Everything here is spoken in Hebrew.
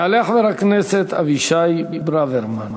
יעלה חבר הכנסת אבישי ברוורמן,